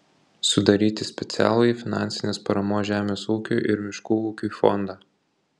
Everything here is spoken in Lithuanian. sudaryti specialųjį finansinės paramos žemės ūkiui ir miškų ūkiui fondą